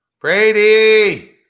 Brady